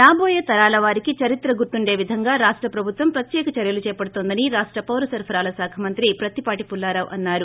రాబోయే తరాల వారికి చరిత్ర గుర్తుండే విధంగా రాష్ట ప్రభుత్వం ప్రత్యేక చర్యలు చేబడుతోందని రాష్ట పౌర సరఫరాల శాఖ మంత్రి పుత్తిపాటి పుల్లారావు అన్నారు